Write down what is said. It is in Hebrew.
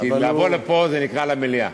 כי לבוא לפה זה נקרא למליאה.